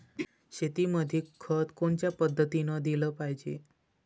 शेतीमंदी खत कोनच्या पद्धतीने देलं पाहिजे?